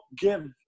give